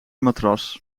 matras